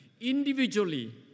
Individually